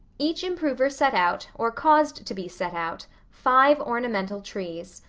each improver set out, or caused to be set out, five ornamental trees.